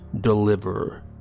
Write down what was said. deliver